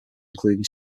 including